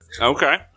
Okay